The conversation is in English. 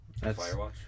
Firewatch